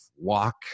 walk